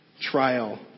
trial